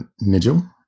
Nigel